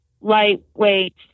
lightweight